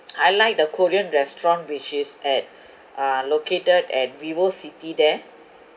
I like the korean restaurant which is at uh located at vivocity there